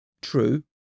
True